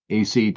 ACT